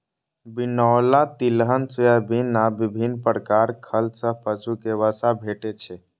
बिनौला, तिलहन, सोयाबिन आ विभिन्न प्रकार खल सं पशु कें वसा भेटै छै